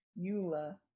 Eula